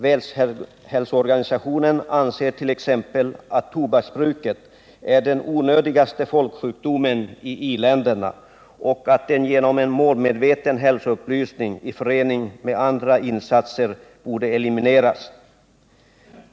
Världshälsoorganisationen anser t.ex. att tobaksbruket är den onödigaste folksjukdomen i i-länderna och att den genom en målmedveten hälsoupplysning i förening med andra insatser borde elimineras.